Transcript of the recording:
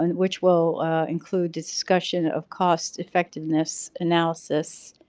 which will include discussion of cost effectiveness analysis,